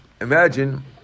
imagine